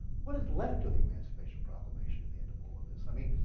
what is left of the emancipation proclamation at the end of all of this? i mean,